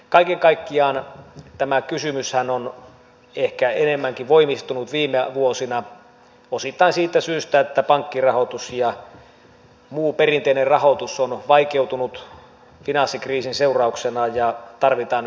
kaiken kaikkiaan tämä kysymyshän on ehkä enemmänkin voimistunut viime vuosina osittain siitä syystä että pankkirahoitus ja muu perinteinen rahoitus on vaikeutunut finanssikriisin seurauksena ja tarvitaan nyt tähän sääntelyä